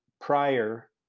prior